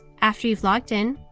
after you're logged in,